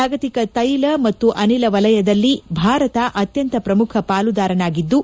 ಜಾಗತಿಕ ತೈಲ ಮತ್ತು ಅನಿಲ ವಲಯದಲ್ಲಿ ಭಾರತ ಅತ್ತಂತ ಪ್ರಮುಖ ಪಾಲುದಾರನಾಗಿದ್ದು